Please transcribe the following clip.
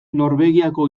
norvegiako